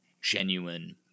genuine